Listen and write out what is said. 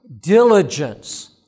diligence